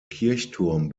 kirchturm